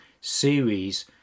series